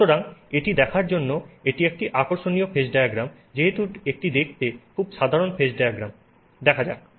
সুতরাং এটি দেখার জন্য এটি একটি আকর্ষণীয় ফেজ ডায়াগ্রাম যেহেতু এটি দেখতে খুব সাধারণ ফেজ ডায়াগ্রাম দেখা যাক